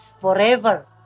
forever